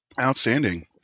Outstanding